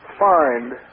find